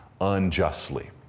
unjustly